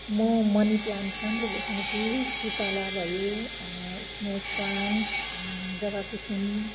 म money plant राम्रो हुर्काउँछु खुसाला भयो स्नेक प्लान्ट जवाकुसुम